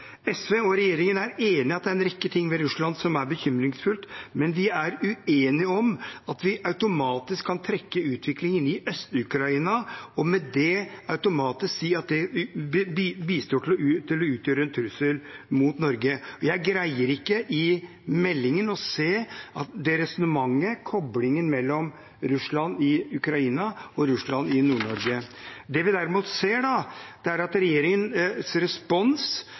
SV og regjeringen er enige om at det er en rekke ting ved Russland som er bekymringsfullt, men vi er uenige om at vi automatisk kan trekke inn utviklingen i Øst-Ukraina og med det automatisk si at den bidrar til å utgjøre en trussel mot Norge. Jeg greier ikke å se det resonnementet i meldingen – koblingen mellom Russland i Ukraina og Russland i Nord-Norge. Det vi derimot ser, er at regjeringens respons er